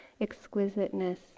exquisiteness